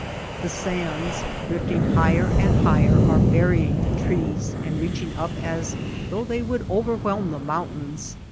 the sands drifting higher and higher are burying the trees and reaching up as though they would overwhelm the mountains,